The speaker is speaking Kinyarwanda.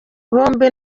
bombi